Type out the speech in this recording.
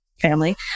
family